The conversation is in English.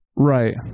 Right